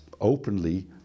openly